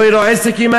לא יהא לו עסק עמהם.